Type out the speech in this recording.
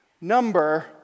number